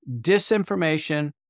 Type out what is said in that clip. disinformation